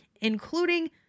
including